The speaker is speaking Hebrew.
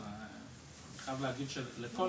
אני חייב להגיד שלכל